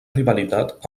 rivalitat